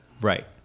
right